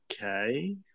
Okay